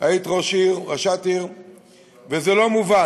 היית ראשת עיר, וזה לא מובן.